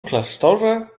klasztorze